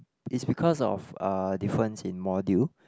it's because of uh difference in module